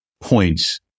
points